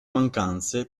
mancanze